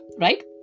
right